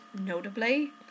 notably